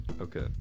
Okay